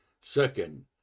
Second